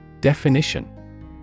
Definition